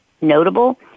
notable